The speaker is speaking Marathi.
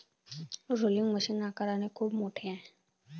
रोलिंग मशीन आकाराने खूप मोठे आहे